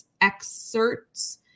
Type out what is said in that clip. excerpts